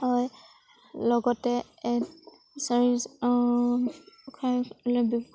হয় লগতে